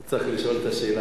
הוא צריך לשאול את השאלה.